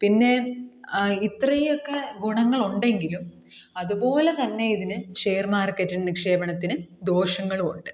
പിന്നെ ഇത്രയൊക്കെ ഗുണങ്ങളുണ്ടെങ്കിലും അതുപോലെത്തന്നെ ഇതിന് ഷെയർ മാർക്കറ്റ് നിക്ഷേപണത്തിന് ദോഷങ്ങളും ഉണ്ട്